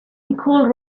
nicole